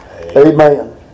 Amen